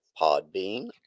Podbean